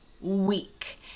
week